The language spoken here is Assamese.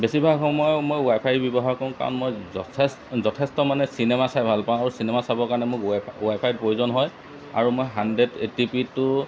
বেছিভাগ সময় মই ৱাইফায়ে ব্যৱহাৰ কৰোঁ কাৰণ মই যথেষ্ট মানে চিনেমা চাই ভাল পাওঁ আৰু চিনেমা চাবৰ কাৰণে মোক ৱাইফাইৰ প্ৰয়োজন হয় আৰু মই হাণ্ড্ৰেড এইট্টি পিটো